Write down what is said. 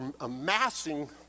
amassing